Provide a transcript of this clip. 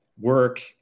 work